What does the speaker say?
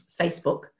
Facebook